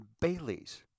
Bailey's